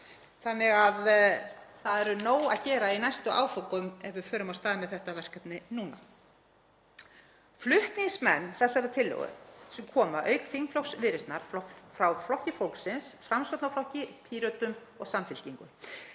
að málum. Það er nóg að gera í næstu áföngum ef við förum af stað með þetta verkefni núna. Flutningsmenn þessarar tillögu, sem koma, auk þingflokks Viðreisnar, frá Flokki fólksins, Framsóknarflokki, Pírötum og Samfylkingu,